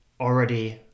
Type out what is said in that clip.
already